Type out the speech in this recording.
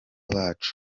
bacu